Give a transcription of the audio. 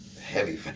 Heavy